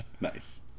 nice